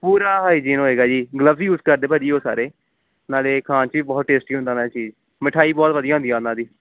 ਪੂਰਾ ਹਾਈਜੀਨ ਹੋਵੇਗਾ ਜੀ ਗਲੱਬਸ ਹੀ ਯੂਸ ਕਰਦੇ ਭਾਅ ਜੀ ਉਹ ਸਾਰੇ ਨਾਲੇ ਖਾਣ 'ਚ ਵੀ ਬਹੁਤ ਟੇਸਟੀ ਹੁੰਦਾ ਵਾ ਚੀਜ਼ ਮਿਠਾਈ ਬਹੁਤ ਵਧੀਆ ਹੁੰਦੀ ਆ ਉਹਨਾਂ ਦੀ